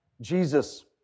Jesus